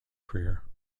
career